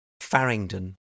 Farringdon